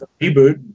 reboot